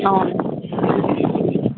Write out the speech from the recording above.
అవును